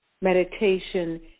meditation